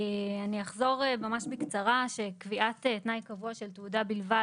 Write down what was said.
אני אחזור ממש בקצרה שקביעת תנאי קבוע של תעודה בלבד,